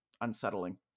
unsettling